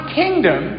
kingdom